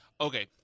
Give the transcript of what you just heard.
Okay